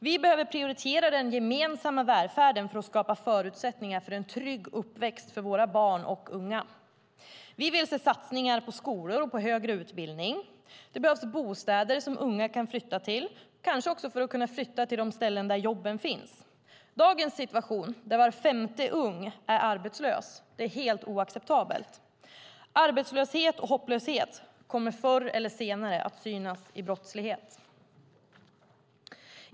Vi behöver prioritera den gemensamma välfärden för att skapa förutsättningar för en trygg uppväxt för våra barn och unga. Vi vill se satsningar på skolor och högre utbildning. Det behövs bostäder som unga kan flytta till, och kanske för att de ska kunna flytta till de ställen där jobben finns. Dagens situation, där var femte ung är arbetslös, är helt oacceptabel. Arbetslöshet och hopplöshet kommer förr eller senare att synas i brottslighet.